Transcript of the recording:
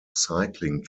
cycling